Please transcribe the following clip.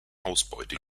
ausbeute